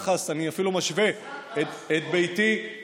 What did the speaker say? ואני אפילו משווה את ביתי,